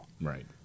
Right